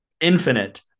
infinite